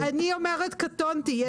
אני אומרת קטונתי.